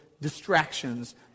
distractions